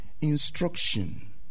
instruction